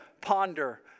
ponder